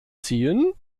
ziehen